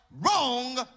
wrong